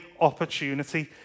opportunity